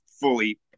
fully